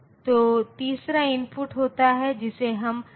तो इस तरह से हम इस बात को कर सकते हैं